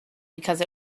because